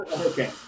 Okay